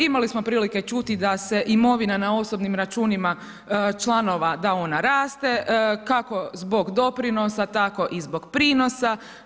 Imali smo prilike čuti da se imovina na osobnim računima članova da ona raste kako zbog doprinosa, tako i zbog prinosa.